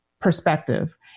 Perspective